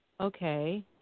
okay